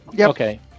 Okay